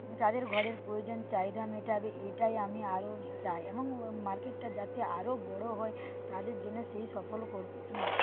তাদের ঘরের প্রয়োজন চাহিদা মেটাবে এটাই আমি আরও চাই এবং মার্কেটটা যাতে আরও বড়ো হয় তাদের জন্য সেই সফলও করছি